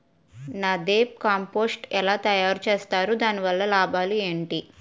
NADEP compost ఎలా తయారు చేస్తారు? దాని వల్ల లాభాలు ఏంటి?